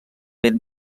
ben